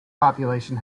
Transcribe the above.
population